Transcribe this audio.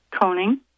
coning